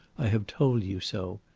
i have told you so.